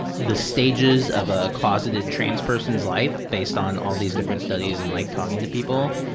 the stages of a closeted trans person's life based on all these different studies and like talking to people,